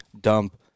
dump